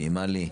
מינימאלי,